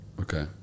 Okay